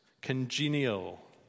Congenial